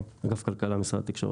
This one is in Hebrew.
משרד התקשורת.